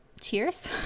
cheers